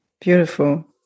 Beautiful